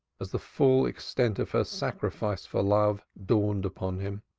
as the full extent of her sacrifice for love dawned upon him.